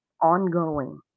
ongoing